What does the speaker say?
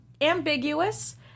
ambiguous